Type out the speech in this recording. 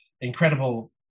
incredible